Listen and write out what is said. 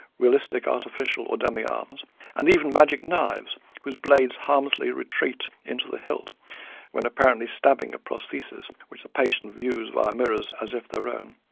realistic artificial or dummy arms, and even magic knives whose blades harmlessly retreat into the hilt when apparently stabbing a prosthesis which the patient views via mirrors as if their own,